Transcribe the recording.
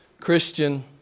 Christian